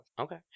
Okay